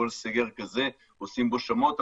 כל סגר כזה עושים בו שמות.